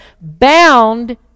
bound